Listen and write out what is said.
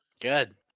Good